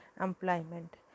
employment